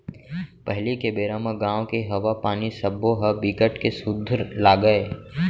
पहिली के बेरा म गाँव के हवा, पानी सबो ह बिकट के सुद्ध लागय